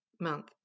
month